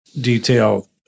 detail